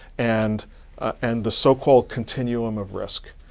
and and the so-called continuum of risk,